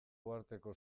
uharteko